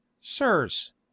sirs